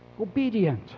obedient